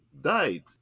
died